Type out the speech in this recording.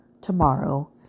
tomorrow